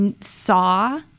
saw